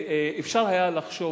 אפשר היה לחשוב,